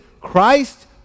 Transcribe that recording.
Christ